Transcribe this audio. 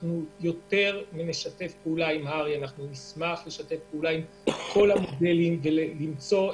אנחנו נשתף פעולה עם הר"י ועם כל המודלים שלהם.